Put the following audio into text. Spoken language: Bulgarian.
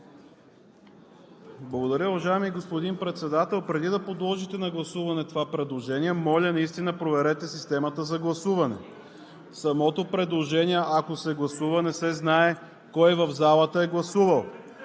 Благодаря, уважаеми господин Председател. Преди да подложите на гласуване това предложение, моля, наистина проверете системата за гласуване. Ако се гласува самото предложение, не се знае кой в залата е гласувал.